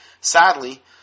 Sadly